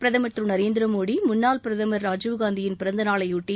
பிரதம் திரு நரேந்திரமோடி முன்னாள் பிரதமர் ராஜீவ்காந்தியின் பிறந்தநாளையொட்டி